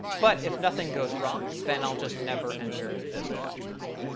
but if nothing goes wrong, then i'll just never enter this catch block.